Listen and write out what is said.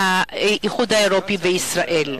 האיחוד האירופי וישראל.